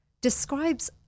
describes